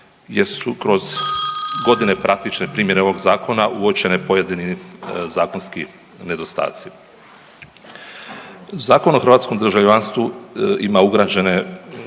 jer su kroz godine praktične primjene ovog zakona uočeni pojedini zakonski nedostaci. Zakon o hrvatskom državljanstvu ima ugrađene